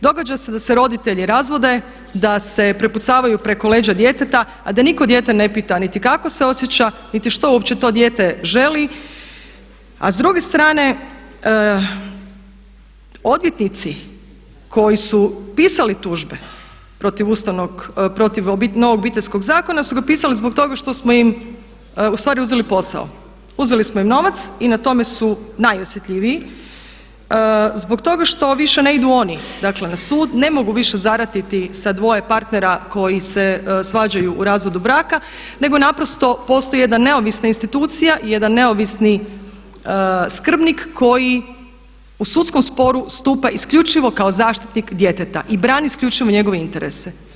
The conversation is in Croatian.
Događa se da se roditelji razvode, da se prepucavaju preko leđa djeteta a da nitko dijete ne pita niti kako se osjeća niti što uopće to dijete želi, a s druge strane odvjetnici koji su pisali tužbe protiv novog Obiteljskog zakona su ga pisali zbog toga što smo im ustvari uzeli posao, uzeli smo im novac i na tome su najosjetljiviji zbog toga što više ne idu oni dakle na sud, ne mogu više zaratiti sa dvoje partnera koji se svađaju u razvodu braka nego naprosto postoji jedna neovisna institucija i jedan neovisni skrbnik koji u sudskom sporu stupa isključivo kao zaštitnik djeteta i brani isključivo njegove interese.